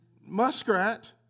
muskrat